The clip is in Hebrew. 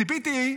ציפיתי,